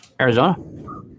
Arizona